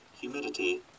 humidity